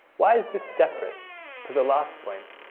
why is this separate to the last point?